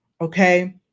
Okay